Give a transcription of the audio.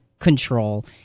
control